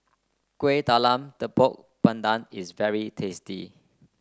Kuih Talam Tepong Pandan is very tasty